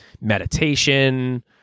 meditation